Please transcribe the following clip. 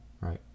Right